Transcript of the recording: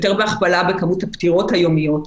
יותר מהכפלה בכמות הפטירות היומיות,